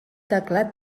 teclat